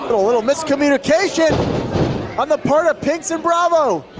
but a little miscommunication on the part of pinx and bravo.